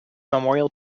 memorial